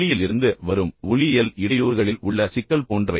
வெளியில் இருந்து வரும் ஒலியியல் இடையூறுகளில் உள்ள சிக்கல் போன்றவை